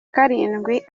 karindwi